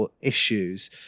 issues